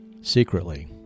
Secretly